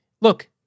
look